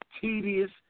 tedious